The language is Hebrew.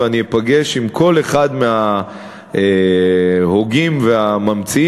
ואני אפגש עם כל אחד מההוגים והממציאים,